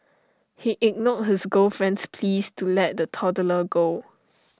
he ignored his girlfriend's pleas to let the toddler go